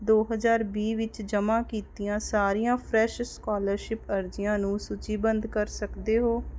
ਦੋ ਹਜ਼ਾਰ ਵੀਹ ਵਿੱਚ ਜਮ੍ਹਾਂ ਕੀਤੀਆਂ ਸਾਰੀਆਂ ਫਰੈਸ਼ ਸਕੋਲਰਸ਼ਿਪ ਅਰਜ਼ੀਆਂ ਨੂੰ ਸੂਚੀਬੰਦ ਕਰ ਸਕਦੇ ਹੋ